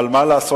אבל מה לעשות?